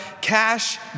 cash